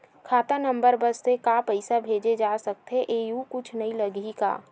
खाता नंबर बस से का पईसा भेजे जा सकथे एयू कुछ नई लगही का?